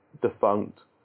defunct